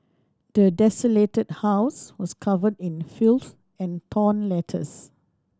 the desolated house was covered in filth and torn letters